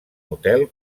hotel